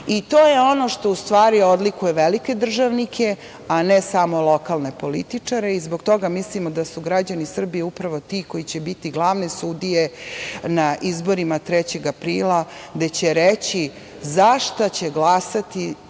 je ono što odlikuje velike državnike, a ne samo lokalne političare. I zbog toga mislimo da su građani Srbije upravo ti koji će biti glavne sudije na izborima 3. aprila, gde će reći za šta će glasati